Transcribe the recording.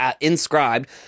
inscribed